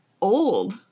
old